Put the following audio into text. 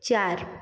चार